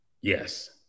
Yes